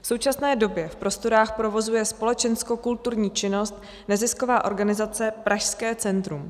V současné době v prostorách provozuje společenskokulturní pomoc nezisková organizace Pražské centrum.